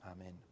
Amen